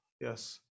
Yes